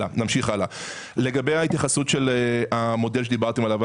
לגבי המודל שדיברתם עליו.